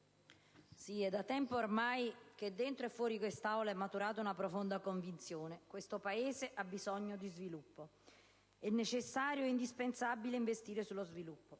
è da tempo ormai che dentro e fuori quest'Aula è maturata una profonda convinzione: questo Paese ha bisogno di sviluppo; è necessario, direi indispensabile, investire sullo sviluppo.